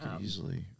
easily